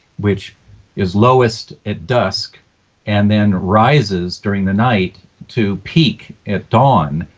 which is lowest at dusk and then rises during the night to peek at dawn.